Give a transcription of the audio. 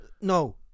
No